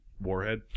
Warhead